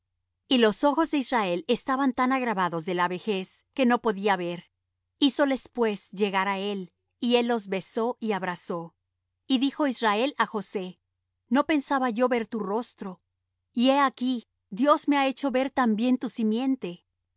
y los ojos de israel estaban tan agravados de la vejez que no podía ver hízoles pues llegar á él y él los besó y abrazó y dijo israel á josé no pensaba yo ver tu rostro y he aquí dios me ha hecho ver también tu simiente